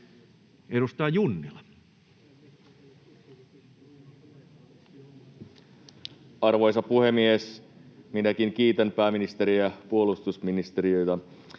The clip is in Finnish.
Edustaja Junnila. Arvoisa puhemies! Minäkin kiitän pääministeriä ja puolustusministeriä